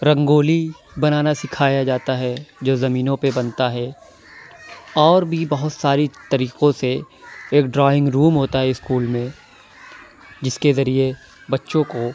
رنگولی بنانا سکھایا جاتا ہے جو زمینوں پہ بنتا ہے اور بھی بہت ساری طریقوں سے ایک ڈرائنگ روم ہوتا ہے اسکول میں جس کے ذریعے بچوں کو